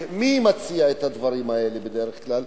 מי מציע את הדברים האלה בדרך כלל?